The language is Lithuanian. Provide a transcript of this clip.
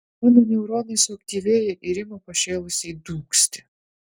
mano neuronai suaktyvėja ir ima pašėlusiai dūgzti